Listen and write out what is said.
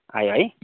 आयो है